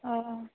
हय